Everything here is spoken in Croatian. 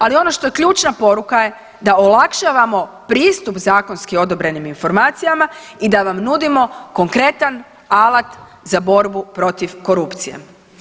Ali ono što je ključna poruka je da olakšavamo pristup zakonski odobrenim informacijama i da vam nudimo konkretan alat za borbu protiv korupcije.